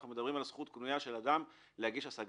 אנחנו מדברים על זכות קנויה של אדם להגיש השגה,